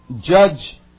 judge